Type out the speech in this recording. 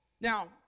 Now